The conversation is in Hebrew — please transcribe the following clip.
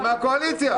הוא מהקואליציה.